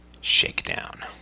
shakedown